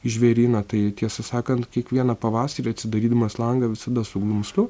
į žvėryną tai tiesą sakant kiekvieną pavasarį atsidarydamas langą visada suglumstu